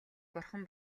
бурхан